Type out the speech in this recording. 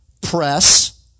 press